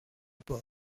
port